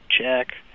check